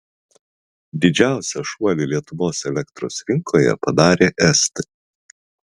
didžiausią šuolį lietuvos elektros rinkoje padarė estai